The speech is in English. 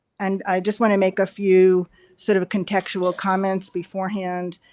and i just want to make a few sort of contextual comments beforehand.